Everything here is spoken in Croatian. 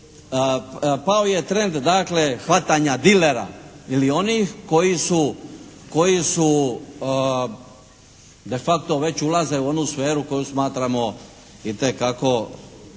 Pao je trend dakle hvatanja dilera ili onih koji su de facto već ulaze u onu sferu koju smatramo itekako